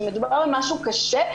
שמדובר במשהו קשה,